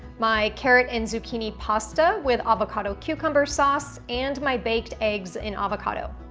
my carrot and zucchini pasta with avocado cucumber sauce and my baked eggs in avocado.